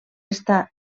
està